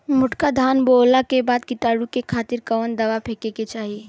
मोटका धान बोवला के बाद कीटाणु के खातिर कवन दावा फेके के चाही?